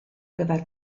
gyfer